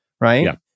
right